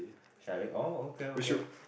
shit I think oh okay okay